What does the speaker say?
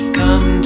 come